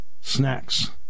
snacks